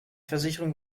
versicherung